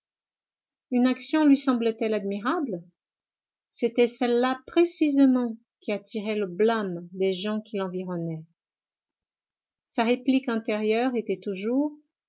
une action lui semblait elle admirable c'était celle-là précisément qui attirait le blâme des gens qui l'environnaient sa réplique intérieure était toujours